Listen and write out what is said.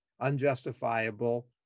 unjustifiable